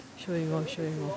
showing off showing off